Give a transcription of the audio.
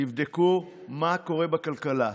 תבדקו מה קורה בכלכלה.